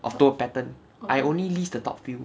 of those pattern I only list the top few